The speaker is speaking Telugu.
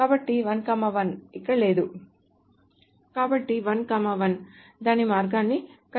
కాబట్టి 1 1 ఇక్కడ లేదు కాబట్టి 1 1 దాని మార్గాన్ని కనుగొంటుంది